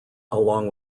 along